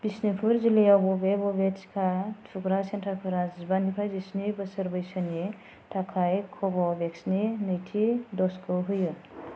बिष्णुपुर जिल्लायाव बबे बबे टिका थुग्रा सेन्टारफोरा जिबानिफ्राय जिस्नि बोसोर बैसोनि थाखाय कव'भेक्सनि नैथि द'जखौ होयो